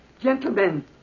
Gentlemen